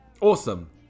Awesome